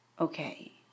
Okay